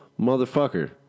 motherfucker